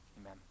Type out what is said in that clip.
amen